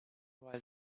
while